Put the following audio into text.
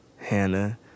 Hannah